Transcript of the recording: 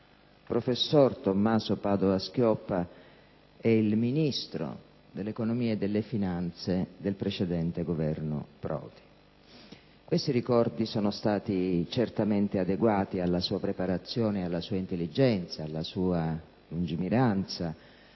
professor Tommaso Padoa‑Schioppa e il Ministro dell'economia e delle finanze del precedente Governo Prodi. Questi ricordi sono stati certamente adeguati alla sua preparazione, intelligenza, lungimiranza,